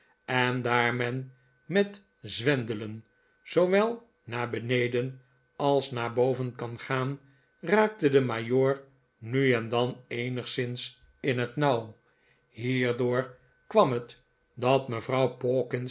en daar men met zwendelen zoowel naar beneden als naar boven kan gaan raakte de majoor nu en dan eenigszins in het nauw hierdoor kwam het dat mevrouw